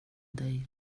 dig